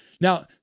Now